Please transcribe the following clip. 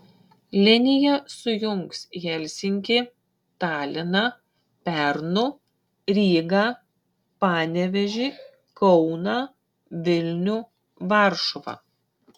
linija sujungs helsinkį taliną pernu rygą panevėžį kauną vilnių varšuvą